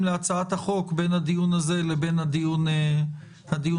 להצעת החוק בין הדיון הזה לבין הדיון הבא.